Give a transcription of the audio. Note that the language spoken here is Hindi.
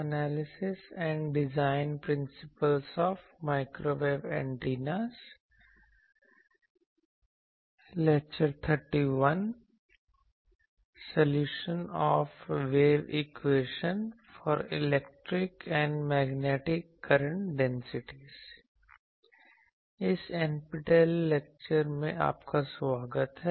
इस NPTEL लेक्चर में आपका स्वागत है